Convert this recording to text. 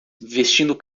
vestindo